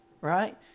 Right